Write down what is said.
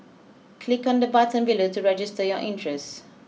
click on the button below to register your interest